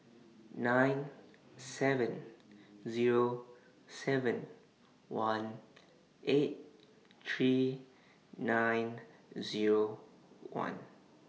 nine seven Zero seven one eight three nine Zero one